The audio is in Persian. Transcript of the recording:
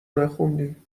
نخوندی